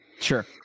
Sure